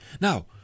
Now